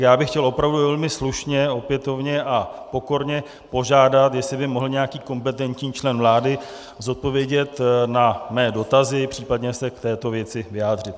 Já bych chtěl opravdu velmi slušně opětovně a pokorně požádat, jestli by mohl nějaký kompetentní člen vlády odpovědět na mé dotazy, případně se k této věci vyjádřit.